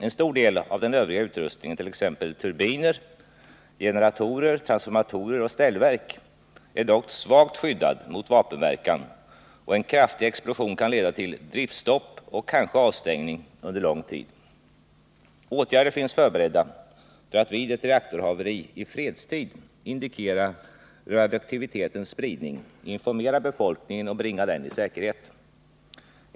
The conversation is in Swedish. En stor del av den övriga utrustningen, t.ex. turbiner, generatorer, transformatorer och ställverk, är dock svagt skyddad mot vapenverkan, och en kraftig explosion kan leda till driftstopp och kanske avstängning under lång tid. Åtgärder finns förberedda för att vid ett reaktorhaveri i fredstid indikera radioaktivitetens spridning, informera befolkningen och bringa den i säkerhet.